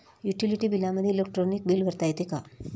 Utility बिलामध्ये electronic bill भरता येते का?